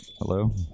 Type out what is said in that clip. Hello